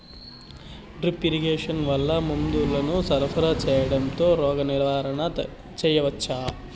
Drip irrigation వల్ల మందులను సరఫరా సేయడం తో రోగ నివారణ చేయవచ్చా?